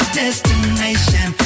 destination